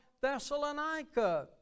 Thessalonica